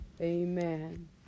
Amen